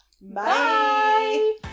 Bye